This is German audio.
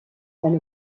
seine